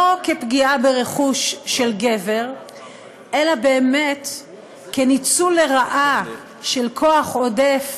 לא כפגיעה ברכוש של גבר אלא באמת כניצול לרעה של כוח עודף